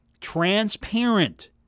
transparent